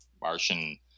Martian